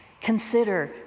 consider